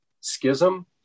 schism